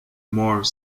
more